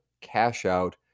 cash-out